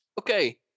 Okay